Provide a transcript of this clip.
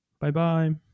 Bye-bye